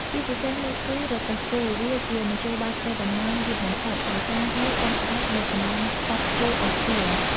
ជាពិសេសនោះគឺរទេះគោ វាជាមធ្យោបាយធ្វើដំណើរ យឺតបំផុត ដោយសារវាពឹងផ្អែកលើកម្លាំងសត្វគោអូសទាញ ។